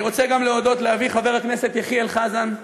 אני רוצה גם להודות לאבי חבר הכנסת יחיאל חזן,